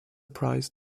prize